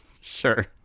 sure